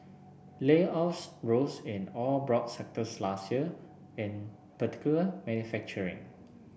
layoffs rose in all broad sectors last year in particular manufacturing